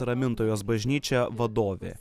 ramintojos bažnyčią vadovė